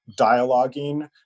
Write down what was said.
dialoguing